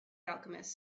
alchemist